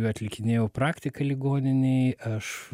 atlikinėjau praktiką ligoninėj aš